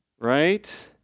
Right